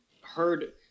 heard